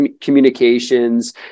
communications